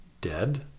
dead